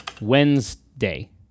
Wednesday